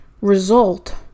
result